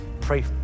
Pray